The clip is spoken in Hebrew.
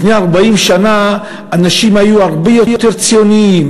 לפני 40 שנה אנשים היו הרבה יותר ציונים,